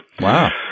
Wow